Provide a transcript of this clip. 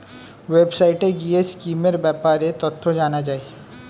ওয়েবসাইটে গিয়ে স্কিমের ব্যাপারে তথ্য জানা যায়